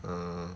um